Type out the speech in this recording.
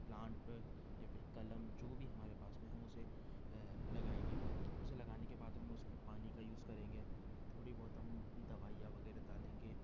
plant या फिर कलम जो भी हमारे पास में है हम उसे लगाएँगे उसे लगाने के बाद हम उसमें पानी का यूज़ करेंगे थोड़ी बहुत हम दवाइयाँ वगैरह डालेंगे